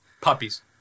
Puppies